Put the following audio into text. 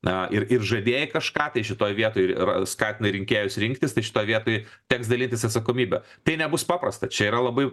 na ir ir žadėjai kažką tai šitoj vietoj ir ir skatinai rinkėjus rinktis tai šitoj vietoj teks dalytis atsakomybe tai nebus paprasta čia yra labai